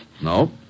No